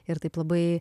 ir taip labai